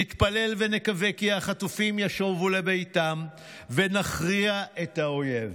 נתפלל ונקווה כי החטופים ישובו לביתם ונכריע את האויב.